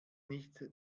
nicht